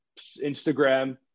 Instagram